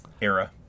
era